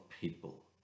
people